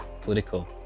political